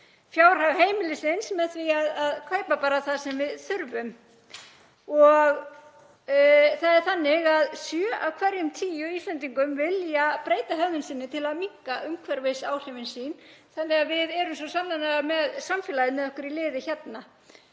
fjárhag heimilisins með því að kaupa bara það sem við þurfum. Sjö af hverjum tíu Íslendingum vilja breyta hegðun sinni til að minnka umhverfisáhrifin sín þannig að við erum svo sannarlega með samfélagið með okkur í liði hérna.